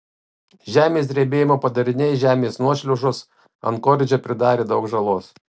žemės drebėjimo padariniai žemės nuošliaužos ankoridže pridarė daug žalos